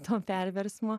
to perversmo